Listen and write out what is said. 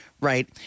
right